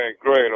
great